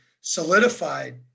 solidified